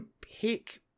pick